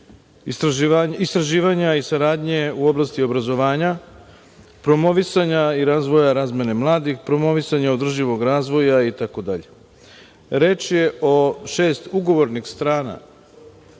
istraživanja i saradnje u oblasti obrazovanja, promovisanje i razvoja razmene mladih, promovisanje održivog razvoja itd. Reč je o šest ugovornih strana.